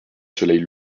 soleil